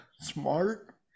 smart